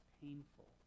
painful